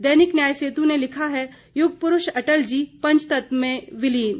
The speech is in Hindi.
दैनिक न्याय सेतु ने लिखा है युगपुरूष अटल जी पंचतत्व में विलीन